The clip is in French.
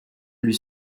lui